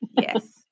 yes